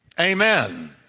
Amen